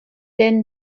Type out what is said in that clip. denn